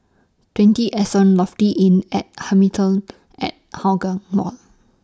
twenty Anson Lofi Inn At Hamilton At Hougang Mall